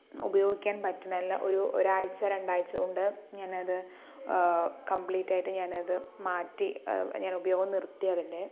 ഉപയോഗിക്കാൻ പറ്റുന്നില്ല ഒരു ഒരു ആഴ്ച രണ്ടാഴ്ചകൊണ്ട് ഞാൻ അത് കമ്പ്ലീറ്റായിട്ട് ഞാൻ അത് മാറ്റി ഞാൻ അത് ഉപയോഗം നിർത്തി അതിൻ്റെ